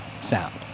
sound